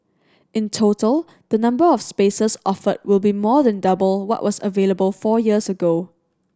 in total the number of spaces offered will be more than double what was available four years ago